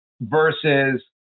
versus